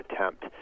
attempt